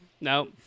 No